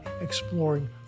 exploring